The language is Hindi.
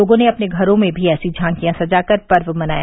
लोगों ने अपने घरो में भी ऐसी झांकिया सजा कर पर्व मनाया